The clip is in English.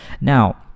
now